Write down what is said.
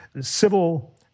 civil